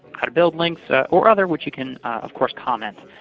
how to build links? ah or other, which you can, of course, comment.